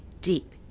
deep